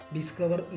Discover